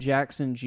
Jackson